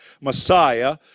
messiah